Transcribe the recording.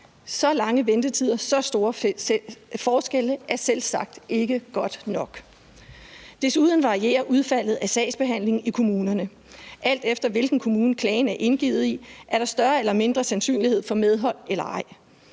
Så lange ventetider, så store forskelle er selvsagt ikke godt nok. Desuden varierer udfaldet af sagsbehandlingen i kommunerne. Alt efter hvilken kommune klagen er indgivet i, er der større eller mindre sandsynlighed for medhold eller ej.